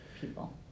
people